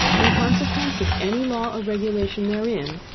in consequence of any law or regulation therein,